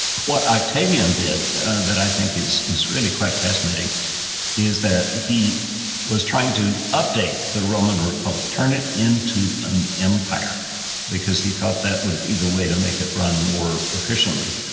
what octavian did that i think is is really quite fascinating is that he was trying to update the roman republic, turn it into an empire because he thought that would be the way to make it run more efficiently,